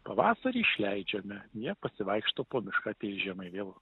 pavasarį išleidžiame jie pasivaikšto po mišką ateis žiema vėl